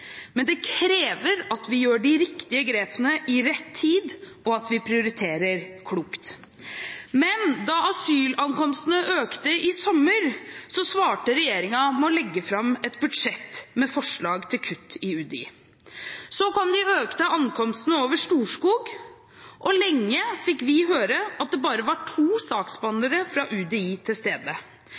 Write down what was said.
Men det krever at vi gjør de riktige grepene i rett tid, og at vi prioriterer klokt. Men da asylankomstene økte i sommer, svarte regjeringen med å legge fram et budsjett med forslag til kutt i UDI. Så kom de økte ankomstene over Storskog, og lenge fikk vi høre at det bare var to saksbehandlere fra UDI til stede.